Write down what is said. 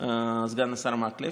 סגן השר מקלב.